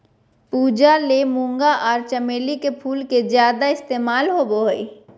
पूजा ले मूंगा आर चमेली के फूल के ज्यादे इस्तमाल होबय हय